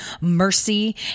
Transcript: mercy